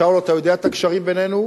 שאול, אתה יודע את הקשרים בינינו.